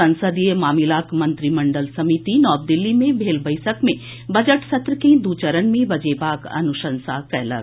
संसदीय मामिलाक मंत्रिमंडल समिति नव दिल्ली मे भेल बैसक मे बजट सत्र के दू चरण मे बजेबाक अनुशंसा कयलक